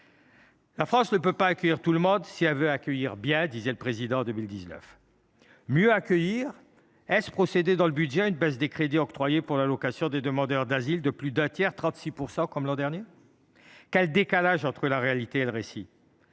La France ne peut pas accueillir tout le monde si elle veut accueillir bien », disait le Président de la République en 2019. Mieux accueillir, est ce procéder dans le budget à une baisse des crédits octroyés pour l’allocation pour demandeur d’asile de plus d’un tiers – 36 %– comme l’an dernier ? Quel décalage entre la réalité et le récit !